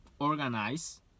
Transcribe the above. organize